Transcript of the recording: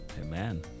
Amen